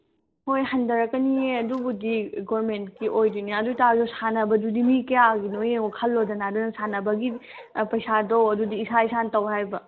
ꯍꯣꯏ ꯍꯟꯊꯔꯛꯀꯅꯤꯌꯦ ꯑꯗꯨꯕꯨꯗꯤ ꯒꯣꯔꯃꯦꯟꯀꯤ ꯑꯣꯏꯗꯣꯏꯅꯦ ꯑꯗꯨ ꯑꯣꯏꯇꯁꯨ ꯁꯥꯟꯅꯕꯗꯨꯗꯤ ꯃꯤ ꯀꯌꯥꯒꯤꯅꯣ ꯌꯦꯡꯉꯣ ꯈꯜꯂꯣꯗꯅ ꯑꯗꯨꯅ ꯁꯥꯟꯅꯕꯒꯤ ꯄꯩꯁꯥꯗꯣ ꯑꯗꯨꯗꯤ ꯏꯁꯥ ꯏꯁꯥꯅ ꯇꯧ ꯍꯥꯏꯕ